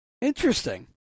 interesting